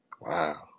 Wow